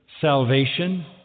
salvation